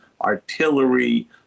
artillery